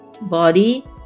body